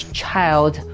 child